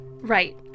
Right